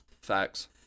Facts